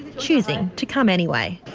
choosing to come anyway.